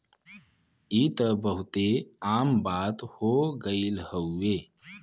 ई त बहुते आम बात हो गइल हउवे